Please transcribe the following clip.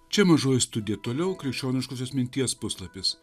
čia mažoji studija toliau krikščioniškosios minties puslapis